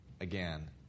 Again